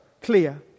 clear